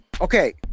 Okay